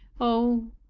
oh,